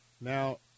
Now